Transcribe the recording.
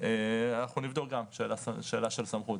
אנחנו נבדוק גם שאלה של סמכות.